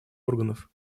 органов